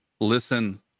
listen